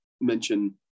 mention